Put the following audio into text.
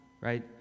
right